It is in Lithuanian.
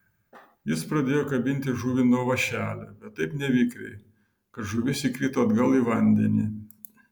jis pradėjo kabinti žuvį nuo vąšelio bet taip nevikriai kad žuvis įkrito atgal į vandenį